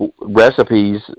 recipes